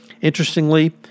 Interestingly